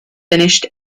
finished